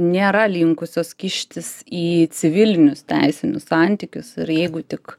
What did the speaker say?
nėra linkusios kištis į civilinius teisinius santykius ir jeigu tik